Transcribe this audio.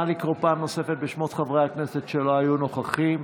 נא לקרוא פעם נוספת בשמות חברי הכנסת שלא היו נוכחים.